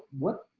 what,